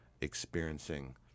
experiencing